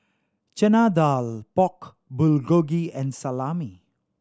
Chana Dal Pork Bulgogi and Salami